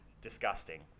disgusting